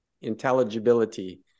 intelligibility